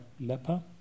leper